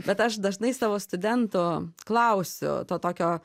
bet aš dažnai savo studentų klausiu to tokio